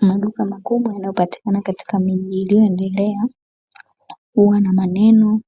Maduka makubwa yanayopatikana katika miji iliyoendelea huwa na maneno